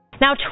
Now